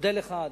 אודה לך,